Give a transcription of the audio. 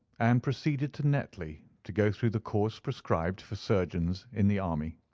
and proceeded to netley to go through the course prescribed for surgeons in the army.